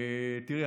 תראי,